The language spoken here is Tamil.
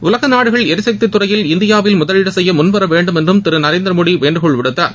உலகநாடுகள் எரிசக்தி துறையில் இந்தியாவில் முதலீடு செய்ய முன்வரவேண்டும் என்றும் திரு நரேந்திரமோடி வேண்டுகோள் விடுத்தார்